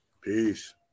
Peace